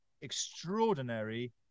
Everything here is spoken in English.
extraordinary